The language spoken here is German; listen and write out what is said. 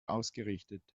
ausgerichtet